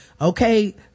okay